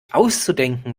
auszudenken